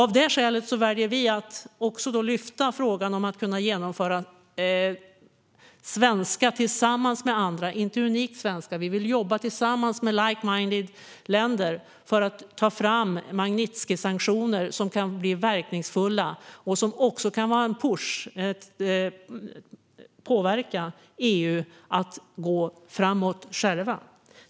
Av det skälet väljer vi att lyfta fram frågan om att jobba tillsammans med like-minded-länder för att ta fram Magnitskijsanktioner som kan bli verkningsfulla och som också kan vara en push som påverkar EU till att gå framåt självt.